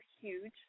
huge